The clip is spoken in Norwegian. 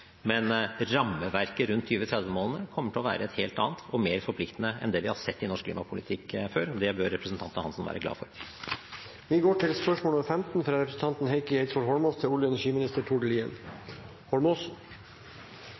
Men rammeverket rundt 2030-målene kommer til å være et helt annet og mer forpliktende enn det vi har sett i norsk klimapolitikk før, og det bør representanten Hansson være glad for. Vi går da til spørsmål 15. «En rekke LO-forbund har den siste tiden fattet vedtak om at de for Lofoten, Vesterålen og